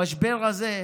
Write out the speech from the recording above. המשבר הזה,